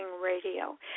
Radio